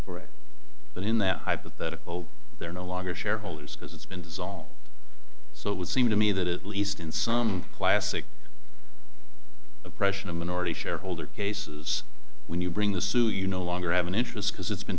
away but in that hypothetical they're no longer shareholders because it's been dissolved so it would seem to me that at least in some classic oppression of minority shareholder cases when you bring the suit you no longer have an interest because it's been